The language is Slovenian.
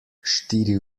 štiri